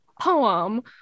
poem